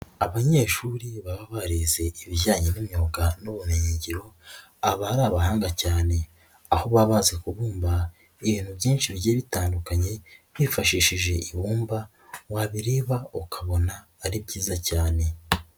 Abanyeshuri baba barize ibijyanye n'imyuga n'ubumenyi ngiro, aba ari abahanga cyane, aho baba bazi kubumba ibintu byinshi bigiye bitandukanye, bifashishije ibumba wabireba ukabona ari byiza cyane.